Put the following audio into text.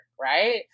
right